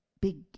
big